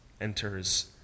enters